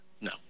No